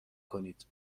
کنید